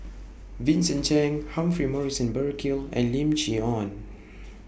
Vincent Cheng Humphrey Morrison Burkill and Lim Chee Onn